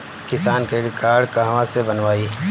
किसान credit card कहवा से बनवाई?